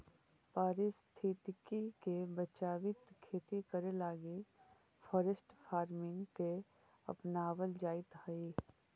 पारिस्थितिकी के बचाबित खेती करे लागी फॉरेस्ट फार्मिंग के अपनाबल जाइत हई